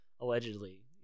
allegedly